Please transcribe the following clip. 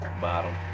bottom